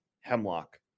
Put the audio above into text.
Hemlock